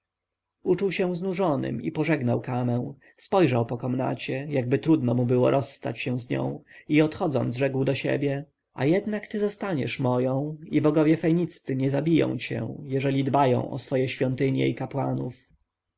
uczuł się znużonym i pożegnał kamę spojrzał po komnacie jakby trudno mu było rozstać się z nią i odchodząc rzekł do siebie a jednak ty zostaniesz moją i bogowie feniccy nie zabiją cię jeżeli dbają o swoje świątynie i kapłanów